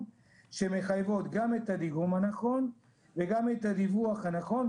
שמחייבות גם את הדיגום הנכון וגם את הדיווח הנכון,